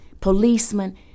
policemen